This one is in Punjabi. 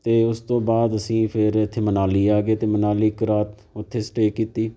ਅਤੇ ਉਸ ਤੋਂ ਬਾਅਦ ਅਸੀਂ ਫਿਰ ਇੱਥੇ ਮਨਾਲੀ ਆ ਗਏ ਅਤੇ ਮਨਾਲੀ ਇੱਕ ਰਾਤ ਉੱਥੇ ਸਟੇਅ ਕੀਤੀ